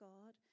God